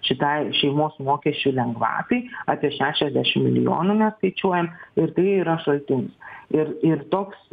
šitai šeimos mokesčių lengvatai apie šešiasdešim milijonų mes skaičiuojam ir tai yra šaltinis ir ir toks